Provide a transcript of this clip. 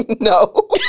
No